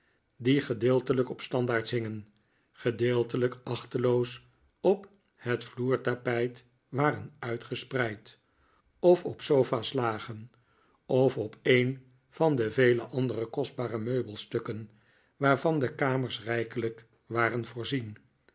die gedeeltelijk op standaards hingen gedeeltelijk achteloos op het vloertapijt waren uitgespreid of op sofa's lagen of op een van de vele andere kostbare meubelstukken waarvan de kamers rijkelijk waren voorzien